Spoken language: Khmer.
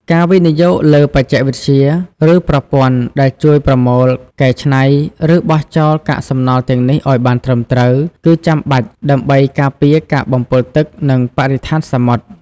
ការវិនិយោគលើបច្ចេកវិទ្យា ឬប្រព័ន្ធដែលជួយប្រមូល កែច្នៃ ឬបោះចោលកាកសំណល់ទាំងនេះឲ្យបានត្រឹមត្រូវ គឺចាំបាច់ដើម្បីការពារការបំពុលទឹក និងបរិស្ថានសមុទ្រ។